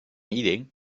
eating